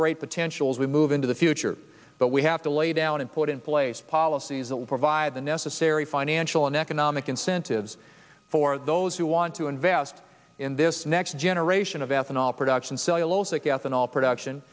great potential as we move into the future but we have to lay down and put in place policies that will provide the necessary financial and economic incentives for those who want to invest in this next generation of ethanol production